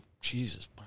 Jesus